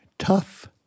tough